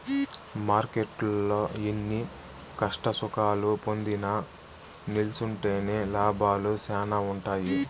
మార్కెట్టులో ఎన్ని కష్టసుఖాలు పొందినా నిల్సుంటేనే లాభాలు శానా ఉంటాయి